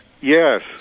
Yes